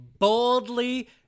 boldly